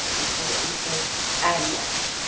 and put it on the face and neck.